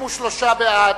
בעד,